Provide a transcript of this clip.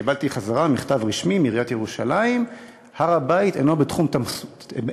קיבלתי בחזרה מכתב רשמי מעיריית ירושלים: הר-הבית אינו בתחום סמכותנו,